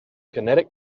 kinetic